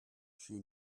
she